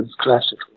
classical